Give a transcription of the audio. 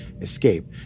escape